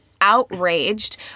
outraged